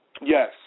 Yes